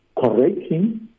correcting